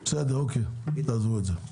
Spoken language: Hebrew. בסדר, אוקיי, תעזבו את זה.